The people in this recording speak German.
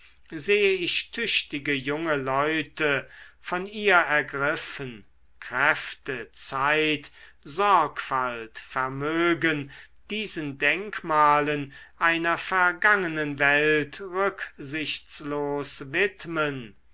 sehe ich tüchtige junge leute von ihr ergriffen kräfte zeit sorgfalt vermögen diesen denkmalen einer vergangenen welt rücksichtslos widmen